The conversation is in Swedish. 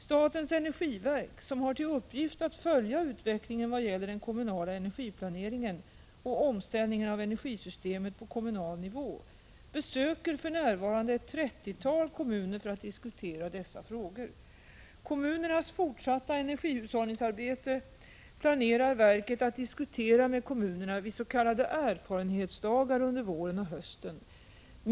Statens energiverk — som har till uppgift att följa utvecklingen vad gäller den kommunala energiplaneringen och omställningen av energisystemet på kommunal nivå — besöker för närvarande ett trettiotal kommuner för att diskutera dessa frågor. Kommunernas fortsatta energihushållningsarbete planerar verket att diskutera med kommunerna vid s.k. erfarenhetsdagar under våren och hösten.